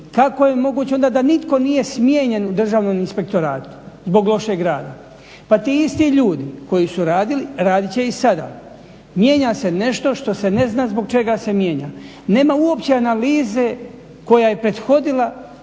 kako je moguće onda da nitko nije smijenjen u državnom inspektoratu zbog lošeg rada, pa ti isti ljudi koji rade, radit će i sada. Mijenja se nešto što se ne zna zbog čega se mijena. Nema uopće analize koja je prethodila